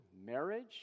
marriage